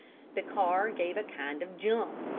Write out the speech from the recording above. the car gave a kind of jump,